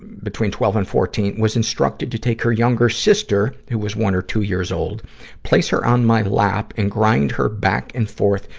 between twelve and fourteen was instructed to take her younger sister who was one or two years old place her on my lap and grind her back and forth,